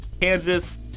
Kansas